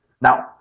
Now